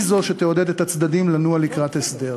היא זו שתעודד את הצדדים לנוע לקראת הסדר.